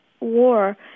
war